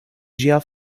ĝia